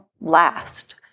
last